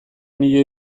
milioi